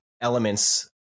elements